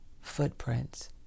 footprints